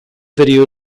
video